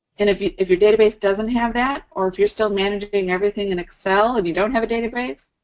and if you, if your database doesn't have that or if you're still managing everything in excel and you don't have a database,